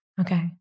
okay